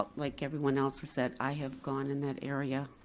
um like everyone else has said, i have gone in that area,